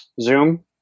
zoom